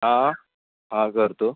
हां हां करतो